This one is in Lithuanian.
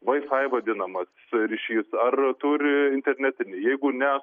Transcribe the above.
vai fai vadinamas ryšys ar turi internetinį jeigu ne